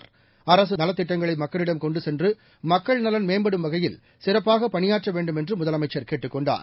D அரசுநலத்திட்டங்களைமக்களிடம் கொண்டுசென்றுமக்கள் நலன் மேம்படும் வகையில் சிறப்பாகபணியாற்றவேண்டுமென்றுமுதலமைச்சர் கேட்டுக் கொண்டார்